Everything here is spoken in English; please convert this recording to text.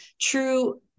true